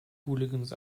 hooligans